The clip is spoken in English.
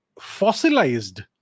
fossilized